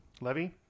Levy